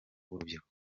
w’urubyiruko